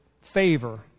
favor